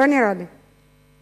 לא נראה לי.